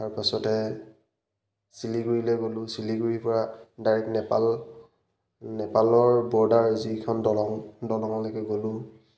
তাৰপাছতে শিলিগুৰিলে গ'লোঁ সিলিগুৰিৰ পৰা ডাইৰেক্ট নেপাল নেপালৰ বৰ্ডাৰ যিখন দলং দলঙলৈকে গ'লোঁ